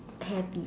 happy